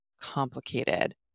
complicated